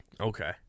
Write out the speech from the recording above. Okay